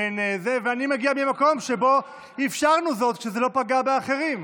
ואני מגיע ממקום שבו אפשרנו זאת כשזה לא פגע באחרים.